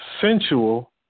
sensual